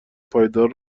پایدار